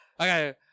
Okay